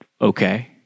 okay